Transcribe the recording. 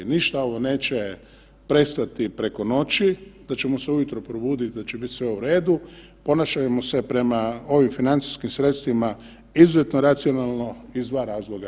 Ništa ovo neće prestati preko noći, da ćemo se ujutro probuditi da će biti sve u redu, ponašajmo se prema ovim financijskim sredstvima izuzetno racionalno iz dva razloga.